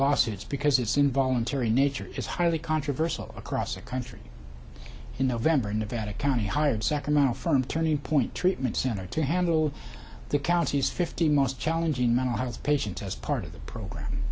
lawsuits because it's involuntary nature is highly controversial across the country in november nevada county hired sacramento from turning point treatment center to handle the county's fifteen most challenging mental health patients as part of the program